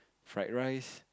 fried rice